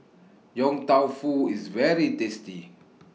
Yong Tau Foo IS very tasty